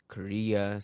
Korea